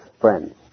friends